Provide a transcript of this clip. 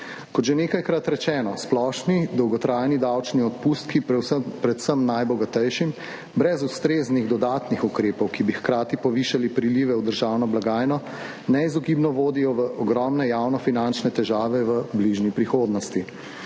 Kot že nekajkrat rečeno, splošni dolgotrajni davčni odpustki, predvsem najbogatejšim brez ustreznih dodatnih ukrepov, ki bi hkrati povišali prilive v državno blagajno, neizogibno vodijo v ogromne javnofinančne težave v bližnji prihodnosti.